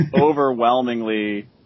overwhelmingly